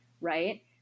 right